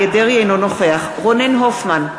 אינו נוכח רונן הופמן,